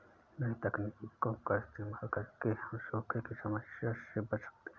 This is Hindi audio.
नई तकनीकों का इस्तेमाल करके हम सूखे की समस्या से बच सकते है